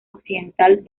occidental